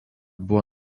buvo